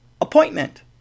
Appointment